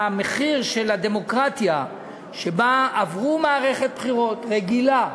המחיר של הדמוקרטיה שבה עברו מערכת בחירות רגילה,